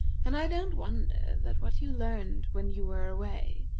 and i don't wonder that what you learned when you were away,